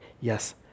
yes